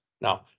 Now